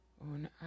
on